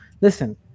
listen